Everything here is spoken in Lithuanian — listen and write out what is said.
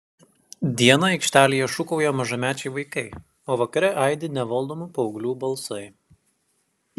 dieną aikštelėje šūkauja mažamečiai vaikai o vakare aidi nevaldomų paauglių balsai